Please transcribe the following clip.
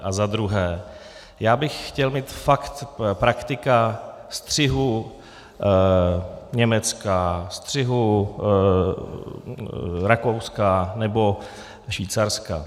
A za druhé bych chtěl mít fakt praktika střihu Německa, střihu Rakouska nebo Švýcarska.